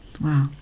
Wow